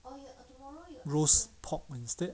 roast pork instead